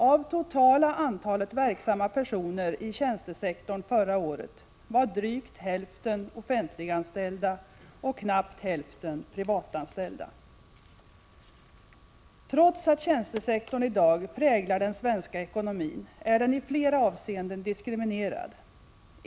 Av totala antalet verksamma personer i tjänstesektorn förra året var drygt hälften offentliganställda och knappt hälften privatanställda. Trots att tjänstesektorn i dag präglar den svenska ekonomin är den i flera avseenden diskriminerad.